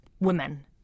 women